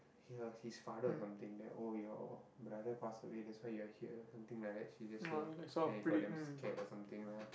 her his father or something then oh your brother pass away that's why you are here something like that she just say then he got damn scared or something lah